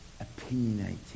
opinionated